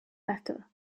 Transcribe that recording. better